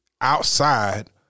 outside